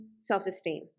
self-esteem